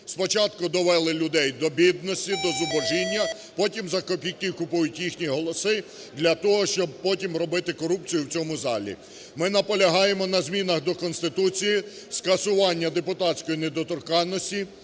Спочатку довели людей до бідності, до зубожіння, потім за копійки купують їхні голоси для того, щоб потім робити корупцію у цьому з залі. Ми наполягаємо на змінах до Конституції, скасування депутатської недоторканності